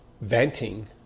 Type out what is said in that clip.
venting